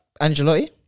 Angelotti